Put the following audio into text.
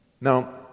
Now